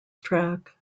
track